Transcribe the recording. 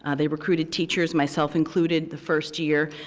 ah they recruited teachers, myself included, the first year,